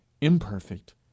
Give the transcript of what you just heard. Imperfect